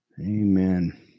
Amen